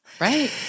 Right